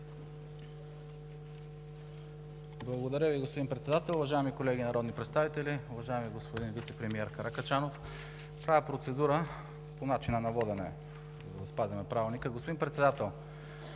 Благодаря Ви, господин Председател. Уважаеми колеги народни представители, уважаеми господин вицепремиер Каракачанов! Това е процедура по начина на водене, за да спазим Правилника. Господин Председател,